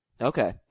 Okay